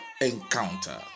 encounter